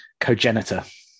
Cogenitor